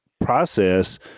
process